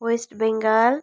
West Bengal